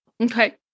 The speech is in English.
Okay